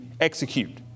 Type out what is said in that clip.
execute